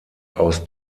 aus